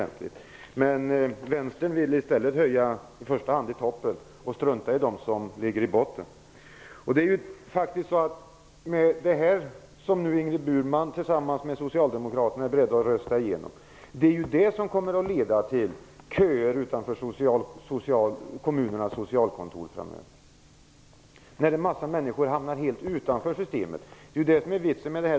Men vänstern vill i första hand höja i toppen och strunta i dem som befinner sig i botten. Det är ju det som nu Ingrid Burman tillsammans med socialdemokraterna är beredda att rösta ja till som kommer att leda till köer utanför kommunernas socialkontor framöver. En hel massa människor kommer att hamna helt utanför systemet.